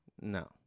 No